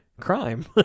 Crime